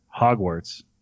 Hogwarts